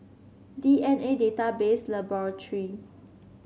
D N A Database Laboratory